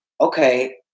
okay